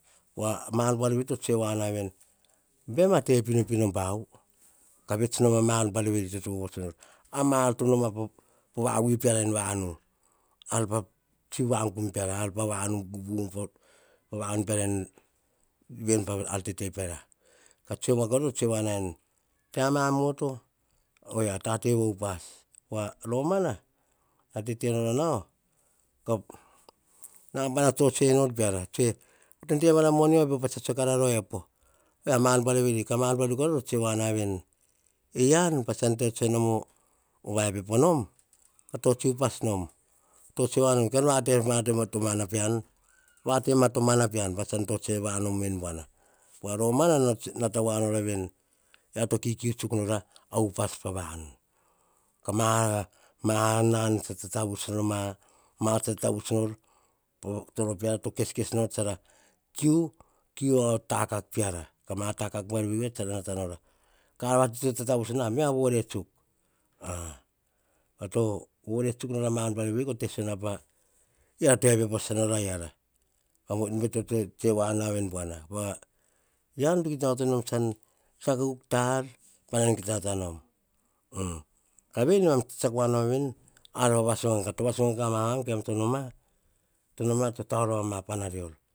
Mar buar veri to tsue wa na veni, baim ma te pino pino bau ka vets nom a buar veri, to vovovuts no. A mar to noma po va viu peara en vanu. Ar pa tsi vangum peara. Ar pa tsi ma gumgum peara, en ven pear, pa ar tete peara. Ka tsue kora to tsue woa veni, te amamoto, ta te va upas. Pova romana, nara tete nora nao, ka nambana tsotsue nor peara. Debana ma epo pats, tsue kara po epo. Ma ar buar veri, ka ma buar veri. E yian pats tsa tso tsue nom o va epepo nom ka totsoe upas nom, kan vete o mana pean, pean pats tsotsoe nom veni buana pa romana nara nata wan nora ven, e ria to kikiu nora upas pa vanu. Ka nan tsa tatavuts nor ma, ma to tatavuts nor pa toro peara to keskes nor atsar kiukiu ove takak peara. Ka ma takak me buar veri tsara nata nora. Ka ar va ti to ta tavuts nor. Baim a vore tsuk. Yiara to vore tsuk nora a ma ar buar veri, ko te sisiona, yiara to epepo sasa nora eara, to wana veni buana. Po wa yian to kita onoto nom tsan tsiako a kuk ta ar, pa nan kita nata nom. Ka veni ne mam tse tsiako woa noma veni, ar va va so ganga. To va sogaga mam, kemam to noma to tau rova ma pana rior